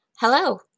Hello